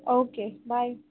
okay bye